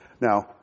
Now